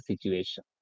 situation